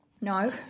No